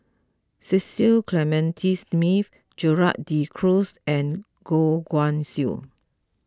Cecil Clementi Smith Gerald De Cruz and Goh Guan Siew